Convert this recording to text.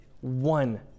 one